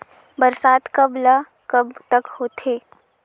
बरसात कब ल कब तक होथे?